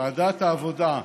ועדת העבודה,